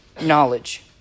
knowledge